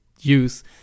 use